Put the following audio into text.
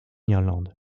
irlande